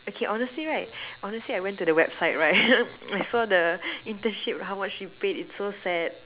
okay honestly right honestly I went to website right I saw the internship how much it paid it's so sad